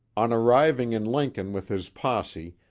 on arriving in lincoln with his posse,